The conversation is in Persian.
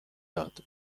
داد